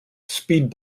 speed